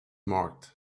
marked